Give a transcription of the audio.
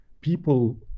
People